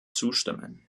zustimmen